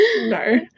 no